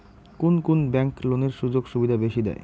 কুন কুন ব্যাংক লোনের সুযোগ সুবিধা বেশি দেয়?